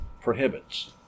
prohibits